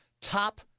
top